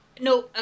No